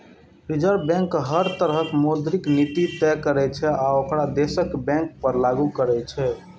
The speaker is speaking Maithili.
रिजर्व बैंक हर तरहक मौद्रिक नीति तय करै छै आ ओकरा देशक बैंक सभ पर लागू करै छै